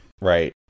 Right